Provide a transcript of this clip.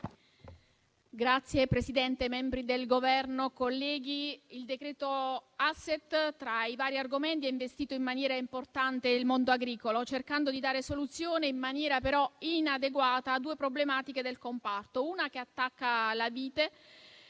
Signor Presidente, membri del Governo, colleghi, il decreto *asset*, tra i vari argomenti, ha investito in maniera importante il mondo agricolo, cercando di dare soluzione, in maniera però inadeguata, a due problematiche del comparto: una che attacca la vite,